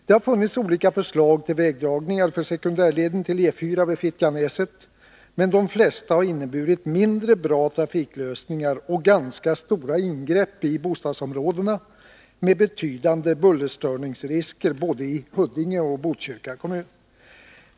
Det har funnits olika förslag till vägdragningar för sekundärleden till E 4 vid Fittjanäset, men de flesta har inneburit mindre bra trafiklösningar och ganska stora ingrepp i bostadsområdena med betydande bullerstörningsrisker, både i Huddinge och i Botkyrka kommun.